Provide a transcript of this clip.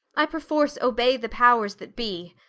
i perforce obey the powers that be.